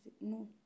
no